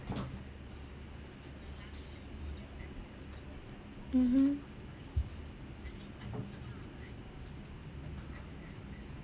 mmhmm